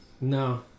No